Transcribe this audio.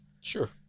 Sure